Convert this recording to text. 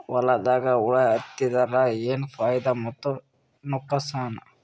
ಹೊಲದಾಗ ಹುಳ ಎತ್ತಿದರ ಏನ್ ಫಾಯಿದಾ ಮತ್ತು ನುಕಸಾನ?